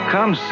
Come